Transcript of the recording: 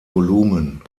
volumen